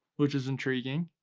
which is intriguing.